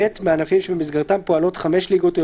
(ב)בענפים שבמסגרתם פועלות 5 ליגות או